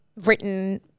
written